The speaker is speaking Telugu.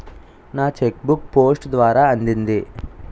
నా చెక్ బుక్ పోస్ట్ ద్వారా అందింది